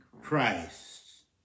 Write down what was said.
Christ